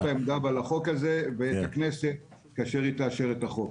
העמדה ועל החוק הזה ואת הכנסת כאשר היא תאשר את החוק.